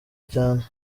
cyane